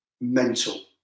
mental